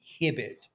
inhibit